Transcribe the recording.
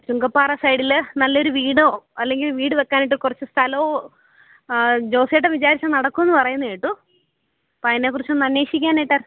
ചുങ്കപ്പാറ സൈഡിൽ നല്ലൊരു വീടോ അല്ലെങ്കിൽ ഒരു വീട് വെക്കാനായിട്ട് കുറച്ചു സ്ഥലമോ ജോസേട്ടൻ വിചാരിച്ചാൽ നടക്കുമെന്നു പറയുന്നതു കേട്ടു അപ്പം അതിനെക്കുറിച്ചൊന്ന് അന്വേഷിക്കാനായിട്ട്